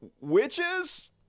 witches